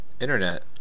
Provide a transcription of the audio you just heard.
internet